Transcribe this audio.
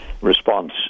response